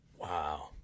Wow